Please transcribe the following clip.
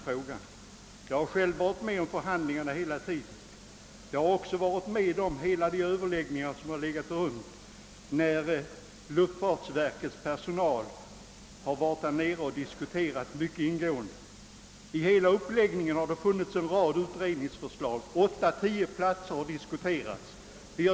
Själv har jag hela tiden varit med om förhandlingarna och har också deltagit i alla de överläggningar som ägde rum när luftfartsverkets personal var där nere för ingående diskussioner. Hela tiden har det funnits en rad utredningsförslag och minst 8—10 aktuella platser har diskuterats.